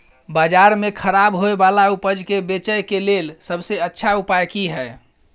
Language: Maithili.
बाजार में खराब होय वाला उपज के बेचय के लेल सबसे अच्छा उपाय की हय?